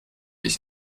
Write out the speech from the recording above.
ich